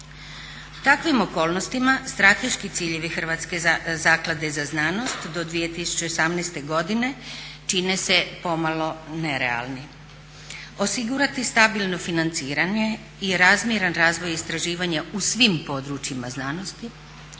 takvim okolnostima strateški ciljevi Hrvatske zaklade za znanost do 2018. godine čine se pomalo nerealni. Osigurati stabilno financiranje i razmjeran razvoj istraživanja u svim područjima znanosti,